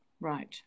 Right